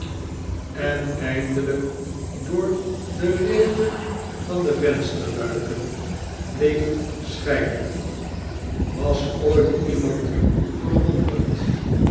en eindelijk door de reten van de vensterluiken bleef schijnen was ooit iemand verwonderd